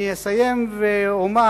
אני אסיים ואומר,